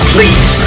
Please